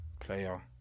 player